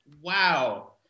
Wow